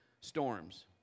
storms